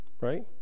Right